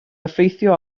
effeithio